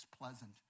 pleasant